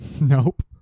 Nope